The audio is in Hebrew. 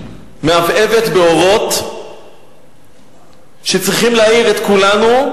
מהבהבת באורות שצריכים להעיר את כולנו,